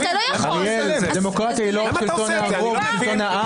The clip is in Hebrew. דמוקרטיה היא שלטון העם.